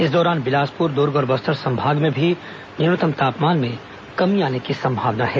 इस दौरान बिलासपुर दुर्ग और बस्तर संभाग में भी न्यूनतम तापमान में कमी आने की संभावना है